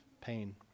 pain